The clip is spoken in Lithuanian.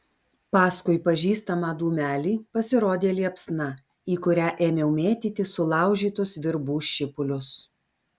paskui pažįstamą dūmelį pasirodė liepsna į kurią ėmiau mėtyti sulaužytus virbų šipulius